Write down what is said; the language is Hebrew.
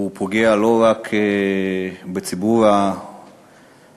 הוא פוגע לא רק בציבור המעסיקים,